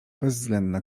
bezwzględna